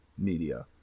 media